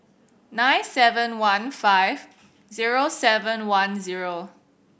nine seven one five zero seven one zero